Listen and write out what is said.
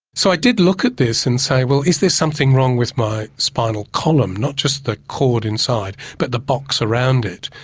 so i did look at this and say, well is there something wrong with my spinal column, not just the cord inside but the box around it?